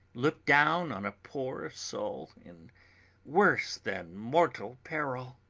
look down on a poor soul in worse than mortal peril